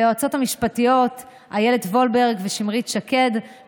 ליועצות המשפטיות איילת וולברג ושמרית שקד,